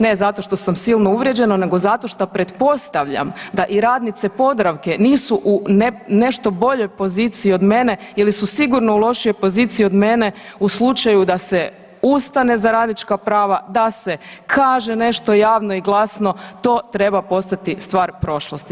Ne zato što sam silno uvrijeđena nego zato što pretpostavljam da i radnice Podravke nisu u nešto boljoj poziciji od mene ili su sigurno u lošijoj poziciji od mene u slučaju da se ustane za radnička prava, da se kaže nešto javno i glasno, to treba postati stvar prošlosti.